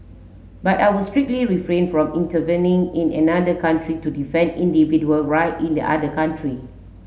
but I would strictly refrain from intervening in another country to defend individual right in the other country